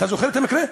אתה זוכר את המקרה?